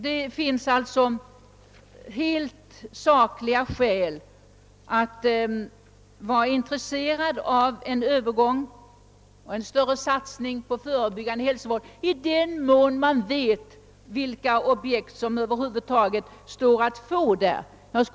Det finns alltså sakliga skäl för att vara intresserad av en större satsning på förebyggande hälsovård i den mån man vet vilka objekt som över huvud taget står att få.